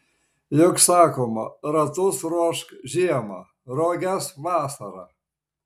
juk sakoma ratus ruošk žiemą roges vasarą